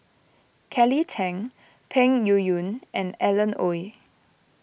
Kelly Tang Peng Yuyun and Alan Oei